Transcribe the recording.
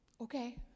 okay